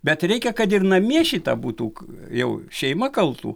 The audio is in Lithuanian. bet reikia kad ir namie šitą būtų jau šeima kaltų